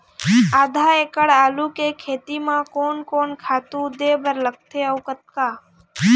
आधा एकड़ आलू के खेती म कोन कोन खातू दे बर लगथे अऊ कतका?